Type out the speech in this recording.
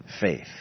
faith